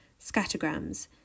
Scattergrams